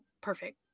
perfect